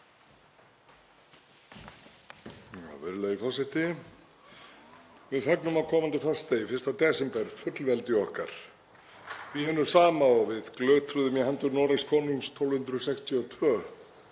Við fögnum á komandi föstudegi, 1. desember, fullveldi okkar, því hinu sama og við glutruðum í hendur Noregskonungs 1262